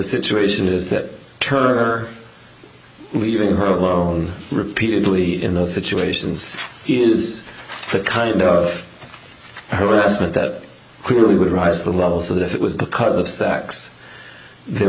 situation is that turner leaving her alone repeatedly in those situations is the kind of harassment that could really would rise to the levels that if it was because of sex th